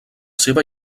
seva